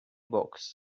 box